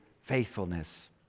faithfulness